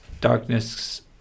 darkness